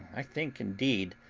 i think, indeed,